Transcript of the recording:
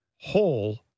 whole